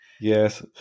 yes